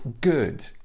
good